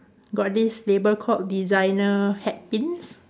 got this label called designer hat pins